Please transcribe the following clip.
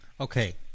Okay